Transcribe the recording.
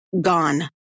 gone